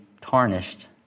tarnished